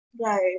Right